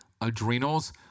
adrenals